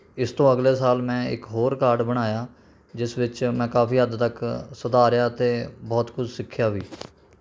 ਇਸ ਤੋਂ ਅਗਲੇ ਸਾਲ ਮੈਂ ਇੱਕ ਹੋਰ ਕਾਰਡ ਬਣਾਇਆ ਜਿਸ ਵਿੱਚ ਮੈਂ ਕਾਫੀ ਹੱਦ ਤੱਕ ਸੁਧਾਰਿਆ ਅਤੇ ਬਹੁਤ ਕੁਝ ਸਿੱਖਿਆ ਵੀ